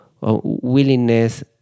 willingness